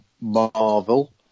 Marvel